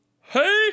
Hey